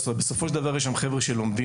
בסופו של דבר יש שם ח'ברה שלומדים.